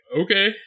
okay